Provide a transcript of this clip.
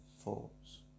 thoughts